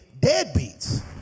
deadbeats